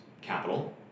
capital